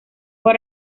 fue